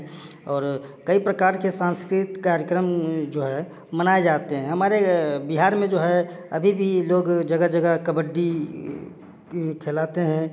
और कई प्रकार के सांस्कृतिक कार्यक्रम जो हैं मनाए जाते हैं हमारे बिहार में जो है अभी भी लोग जगह जगह कबड्डी खिलाते हैं